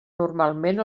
normalment